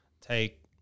take